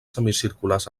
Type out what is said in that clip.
semicirculars